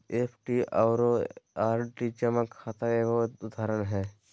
FD आरो RD जमा खाता के एगो उदाहरण हय